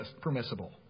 permissible